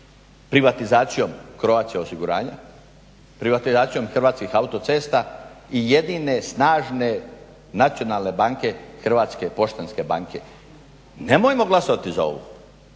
Privatizacijom Croatia osiguranja, privatizacijom Hrvatskih autocesta i jedine snažne nacionalne banke Hrvatske poštanske banke. Nemojmo glasovati za ovo